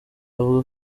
avuga